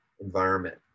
environment